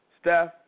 Steph